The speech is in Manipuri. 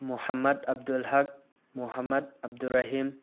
ꯃꯨꯍꯝꯃꯗ ꯑꯕꯗꯨꯜ ꯍꯛ ꯃꯨꯍꯝꯃꯗ ꯑꯕꯗꯨꯔ ꯔꯥꯍꯤꯝ